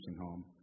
home